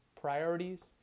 priorities